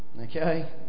Okay